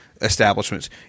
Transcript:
establishments